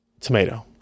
Tomato